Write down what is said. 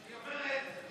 זאת אומרת,